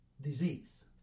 disease